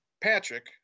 Patrick